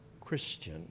Christian